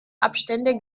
abstände